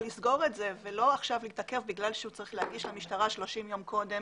לסגור את זה ולא להתעכב בגלל שהוא צריך להגיש למשטרה 30 ימים קודם